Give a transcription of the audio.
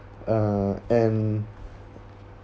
uh and